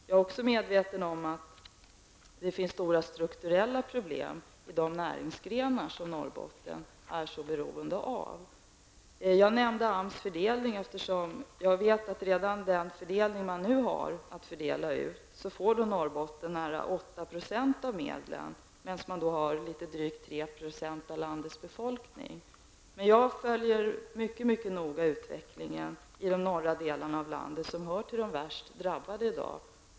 Jag är också medveten om att det finns stora strukturella problem i de näringsgrenar som Norrbotten är så beroende av. Jag nämnde AMS fördelning. Jag vet att Norrbotten redan i den fördelning som i dag görs får nära 8 % av medlen, medan man har litet drygt 3 % av landets befolkning. Jag följer mycket noga utvecklingen i de norra delarna av landet, som i dag hör till de värst drabbade.